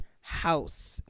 house